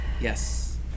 Yes